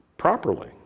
properly